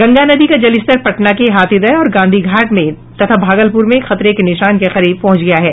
गंगा नदी का जलस्तर पटना के हाथीदह और गांधी घाट में तथा भागलपुर में खतरे के निशान के करीब पहुंच गया है